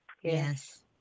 Yes